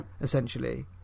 essentially